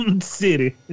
city